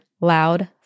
loud